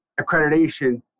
accreditation